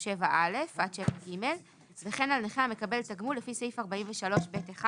7|(א) עד 7(ג) וכן על נכה המקבל תגמול לפי סעיף 43(ב)(1)